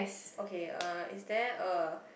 okay uh is there a